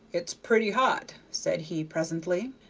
it's pretty hot, said he, presently,